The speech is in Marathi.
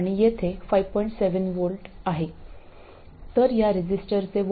7V आहे तर या रेझिस्टरचे व्होल्टेज 5V असेल